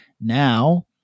Now